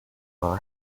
are